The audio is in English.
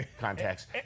contacts